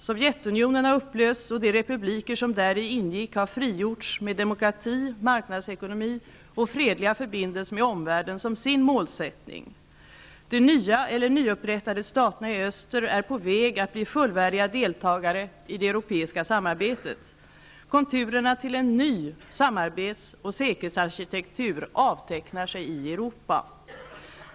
Sovjetunionen har upplösts och de republiker som däri ingick har frigjorts med demokrati, marknadsekonomi och fredliga förbindelser med omvärlden som sin målsättning. De nya eller nyupprättade staterna i öster är på väg att bli fullvärdiga deltagare i det europeiska samarbetet. Konturerna till en ny samarbetsoch säkerhetsarkitektur avtecknar sig i Europa.